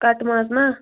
کٹہٕ ماز نا